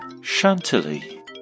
Chantilly